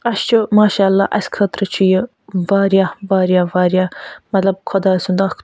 اَسہِ چھِ ماشاء اللہ اَسہِ خٲطرٕ چھِ یہِ واریاہ واریاہ واریاہ مطلب خۄداے سُنٛد اَکھ